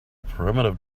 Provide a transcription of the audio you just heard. primitive